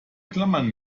klammern